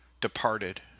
departed